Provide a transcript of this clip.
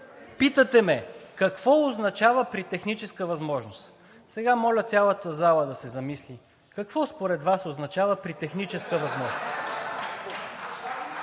Питате ме: какво означава „при техническа възможност“? Сега моля цялата зала да се замисли – какво според Вас означава „при техническа възможност“?